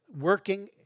working